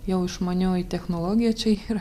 jau išmanioji technologija čia yra